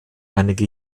einige